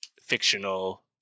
fictional